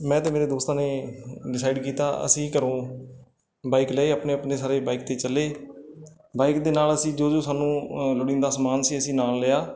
ਮੈਂ ਅਤੇ ਮੇਰੇ ਦੋਸਤਾਂ ਨੇ ਡਿਸਾਈਡ ਕੀਤਾ ਅਸੀਂ ਘਰੋਂ ਬਾਈਕ ਲਏ ਆਪਣੇ ਆਪਣੇ ਸਾਰੇ ਬਾਈਕ 'ਤੇ ਚੱਲੇ ਬਾਈਕ ਦੇ ਨਾਲ ਅਸੀਂ ਜੋ ਜੋ ਸਾਨੂੰ ਲੋੜੀਂਦਾ ਸਮਾਨ ਸੀ ਅਸੀਂ ਨਾਲ ਲਿਆ